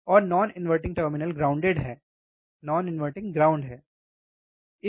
और non inverting terminal grounded है non inverting ground सही है